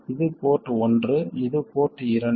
இது போர்ட் ஒன்று இது போர்ட் இரண்டு